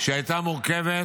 שהייתה מורכבת